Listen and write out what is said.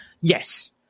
Yes